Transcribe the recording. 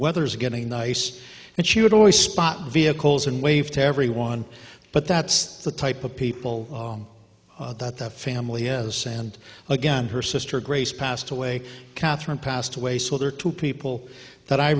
weather's getting nice and she would always spot vehicles and wave to everyone but that's the type of people that the family is sand again her sister grace passed away katherine passed away so there are two people that i